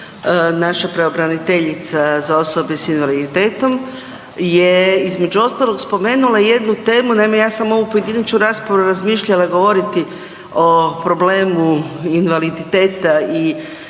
naša pravobraniteljica za osobe sa invaliditetom je između ostalog spomenula i jednu temu, naime ja sam ovu pojedinačnu raspravu razmišljala govoriti o problemu invaliditeta i